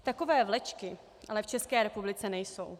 Takové vlečky ale v České republice nejsou.